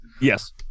Yes